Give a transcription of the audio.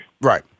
Right